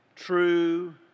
True